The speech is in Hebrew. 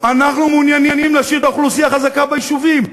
אנחנו מעוניינים להשאיר את האוכלוסייה החזקה ביישובים.